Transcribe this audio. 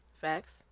Facts